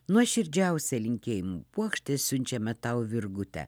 nuoširdžiausia linkėjimų puokštė siunčiame tau virgute